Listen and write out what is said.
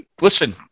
listen